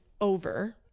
over